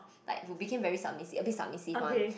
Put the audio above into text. like who became very submissive a bit submissive one